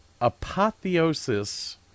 apotheosis